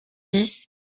dix